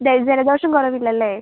എന്തായാലും ജലദോഷം കുറവില്ലല്ലേ